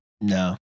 no